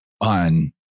on